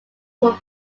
were